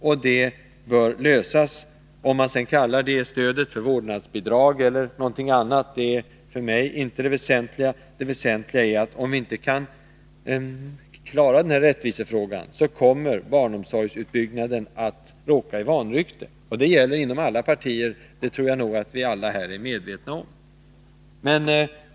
Om man kallar ett stöd för vårdnadsbidrag eller något annat är inte det väsentliga. Det väsentliga är, att om vi inte kan klara den här rättvisefrågan, kommer barnomsorgsutbyggnaden att råka i vanrykte. Detta gäller inom alla partier — jag tror att vi alla här är medvetna om det.